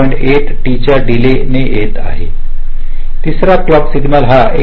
8T च्या डिलेने येत आहे तिसऱ्या क्लॉक सिग्नल हा 1